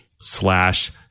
slash